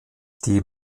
die